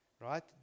right